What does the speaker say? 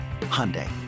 Hyundai